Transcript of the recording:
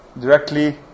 directly